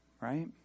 Right